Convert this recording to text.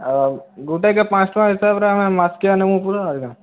ଆଉ ଗୁଟେକେ ପାଞ୍ଚ ଟଙ୍କା ହିସାବ୍ରେ ଆମେ ମାସ୍କିଆ ନେମୁ ପୁରା ଆଜ୍ଞା